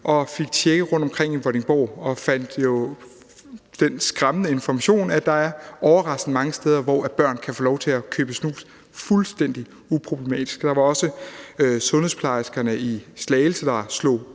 og fik tjekket rundtomkring i Vordingborg og fik jo den skræmmende information, at der er overraskende mange steder, hvor børn kan få lov til at købe snus fuldstændig uproblematisk. Der var også sundhedsplejersker i Slagelse, der slog